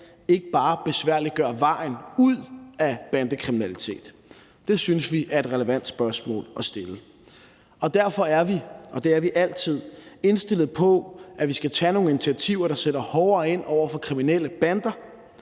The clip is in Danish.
ikke bare besværliggør vejen ud af bandekriminalitet? Det synes vi er et relevant spørgsmål at stille. Derfor er vi, og det er vi altid, indstillet på, at vi skal tage nogle initiativer, der sætter hårdere ind over for kriminelle bander,